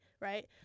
right